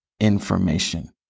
information